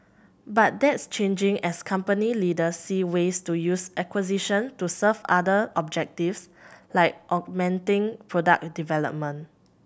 but that's changing as company leaders see ways to use acquisition to serve other objectives like augmenting product development